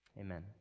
Amen